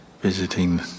visiting